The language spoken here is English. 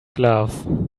glove